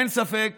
אין ספק